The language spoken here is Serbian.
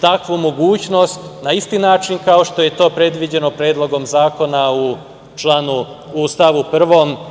takvu mogućnost na isti način kao što je to predviđeno Predlogom zakona u stavu 1.